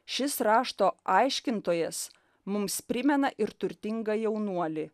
šis rašto aiškintojas mums primena ir turtingą jaunuolį